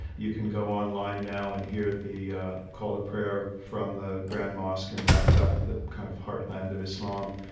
you can go online now and hear the call to prayer from the grand mosque in mecca, the kind of heartland of islam.